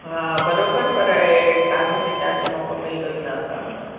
हा बराबरि पर तव्हांखे शिकायत जो मौक़ो मिलंदो ई न असां वटां